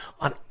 on